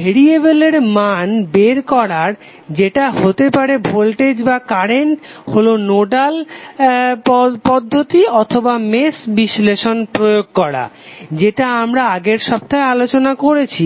ভেরিয়েবেলের মান বের করার যেটা হতে পারে ভোল্টেজ বা কারেন্ট হলো নোডাল অথবা মেশ বিশ্লেষণ প্রয়োগ করা যেটা আমরা আগের সপ্তাহে আলোচনা করেছি